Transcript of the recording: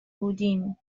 بودیم